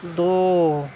دو